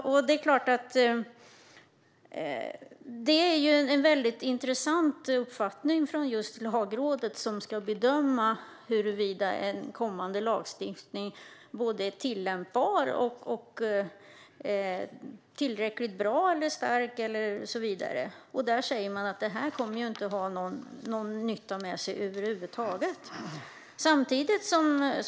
Det är klart att detta är en väldigt intressant uppfattning från Lagrådet, som ska bedöma huruvida en kommande lagstiftning är tillämpbar och tillräckligt bra eller stark och så vidare. Där säger man att det här inte kommer att föra med sig någon nytta över huvud taget.